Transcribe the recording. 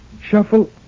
Shuffle